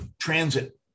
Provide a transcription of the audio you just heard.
Transit